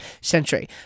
century